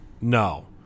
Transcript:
No